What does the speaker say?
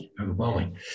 overwhelming